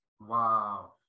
Wow